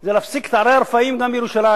זה להפסיק את ערי הרפאים, גם בירושלים.